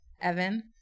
Evan